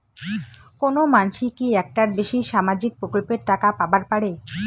কোনো মানসি কি একটার বেশি সামাজিক প্রকল্পের টাকা পাবার পারে?